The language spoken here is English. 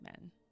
men